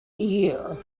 year